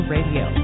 Radio